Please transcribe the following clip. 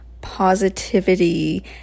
positivity